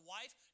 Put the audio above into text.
wife